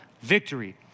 victory